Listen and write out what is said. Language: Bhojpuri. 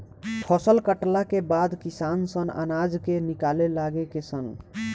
फसल कटला के बाद किसान सन अनाज के निकाले लागे ले सन